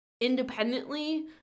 independently